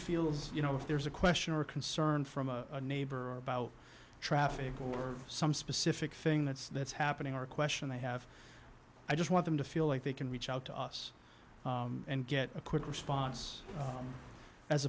feels you know if there's a question or a concern from a neighbor about traffic or some specific thing that's that's happening or question they have i just want them to feel like they can reach out to us and get a quick response